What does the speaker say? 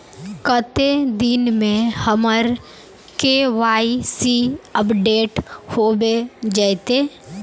कते दिन में हमर के.वाई.सी अपडेट होबे जयते?